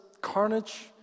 carnage